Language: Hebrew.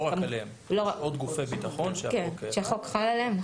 רק עליהם אלא על עוד גופי ביטחון שהחוק חל עליהם.